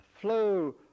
flow